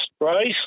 Right